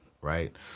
right